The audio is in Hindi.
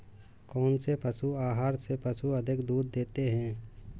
कौनसे पशु आहार से पशु अधिक दूध देते हैं?